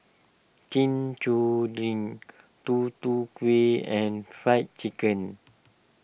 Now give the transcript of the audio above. Chin Chow Drink Tutu Kueh and Fried Chicken